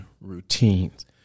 routines